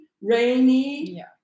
rainy